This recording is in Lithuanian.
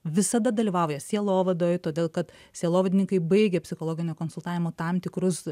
visada dalyvauja sielovadoje todėl kad sielovadininkai baigia psichologinio konsultavimo tam tikrus